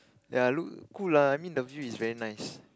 ya look cool lah I mean the view is very nice